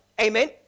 Amen